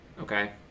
okay